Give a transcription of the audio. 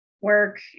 work